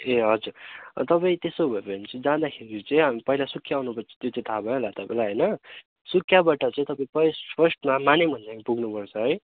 ए हजुर तपाईँ त्यसो भयो भने चाहिँ जाँदाखेरि चाहिँ पहिला सुकिया आउनुपर्छ त्यो चाहिँ थाह भयो होला तपाईँलाई होइन सुकियबाट चाहिँ तपाईँ फर्स्ट फर्स्टमा मानेभन्ज्याङ पुग्नुपर्छ है